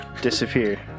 disappear